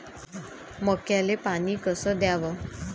मक्याले पानी कस द्याव?